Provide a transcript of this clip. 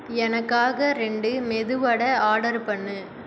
எனக்காக ரெண்டு மெதுவடை ஆர்டர் பண்ணு